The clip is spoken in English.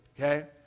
Okay